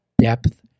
depth